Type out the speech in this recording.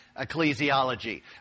ecclesiology